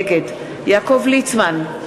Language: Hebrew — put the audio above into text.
נגד יעקב ליצמן,